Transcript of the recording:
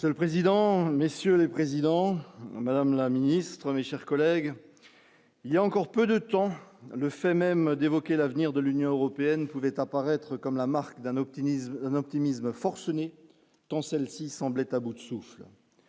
C'est le président, messieurs les présidents, madame la ministre mis chers collègues, il y a encore peu de temps, le fait même d'évoquer l'avenir de l'Union européenne pouvait apparaître comme la marque d'un optimisme un optimisme forcené dans celle-ci semblait à bout de souffle